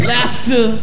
laughter